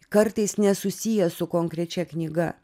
kartais nesusiję su konkrečia knyga